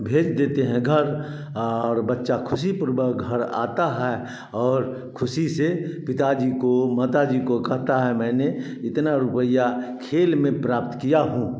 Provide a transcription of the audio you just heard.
भेज देते हैं घर और बच्चा ख़ुशी पर ब घर आता है और ख़ुशी से पिता जी को माता जी को कहता है मैंने इतना रुपया खेल में प्राप्त किया हूँ